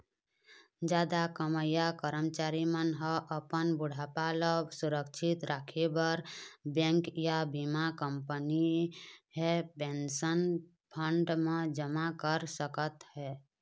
जादा कमईया करमचारी मन ह अपन बुढ़ापा ल सुरक्छित राखे बर बेंक या बीमा कंपनी हे पेंशन फंड म जमा कर सकत हे